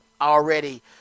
already